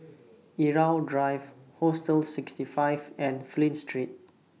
Irau Drive Hostel sixty five and Flint Street